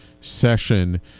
session